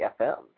FM